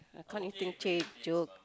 I can't even say joke